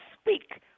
speak